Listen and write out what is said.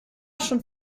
schon